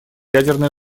ядерная